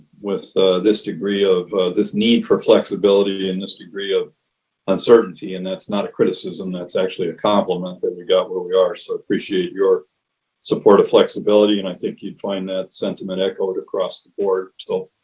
with this degree of this need for flexibility and this degree of uncertainty and that's not a criticism. that's actually a compliment that we got where we are. so appreciate your support or flexibility. and i think you'd find that sentiment echoed across the board. so